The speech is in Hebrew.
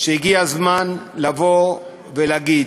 שהגיע הזמן לבוא ולהגיד,